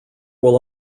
will